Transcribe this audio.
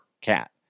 cat